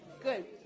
Good